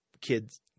kids